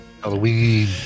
Halloween